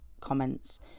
comments